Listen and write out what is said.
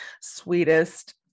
sweetest